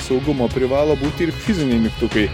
saugumo privalo būti ir fiziniai mygtukai